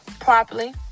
properly